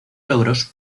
logros